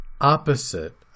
opposite